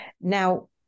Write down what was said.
Now